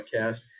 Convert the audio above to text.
podcast